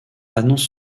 annonce